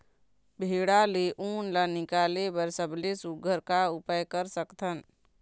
भेड़ा ले उन ला निकाले बर सबले सुघ्घर का उपाय कर सकथन?